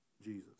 jesus